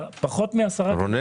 פחות מ-10 ק"מ.